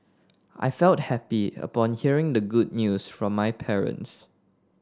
I felt happy upon hearing the good news from my parents